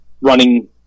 running